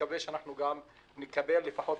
מקווה לפחות